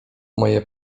moje